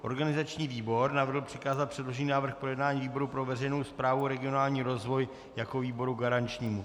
Organizační výbor navrhl přikázat předložený návrh k projednání výboru pro veřejnou správu a regionální rozvoj jako výboru garančnímu.